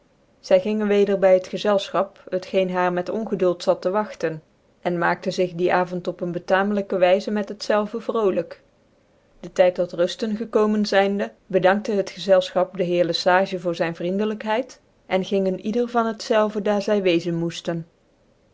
zy gingen weder by het gczelfchap geen haar met ongcdult zat te wagtcn cn maakte zig dien avond op een betamelijke wyze met het zelve vrolijk de tyt tot rusten eekomen zyndc bedankte het gczelfchap de heer le sage voor zyn vriendelijkheid en ging een ieder van het zelve daar zy wezen moeftcn